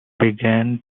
began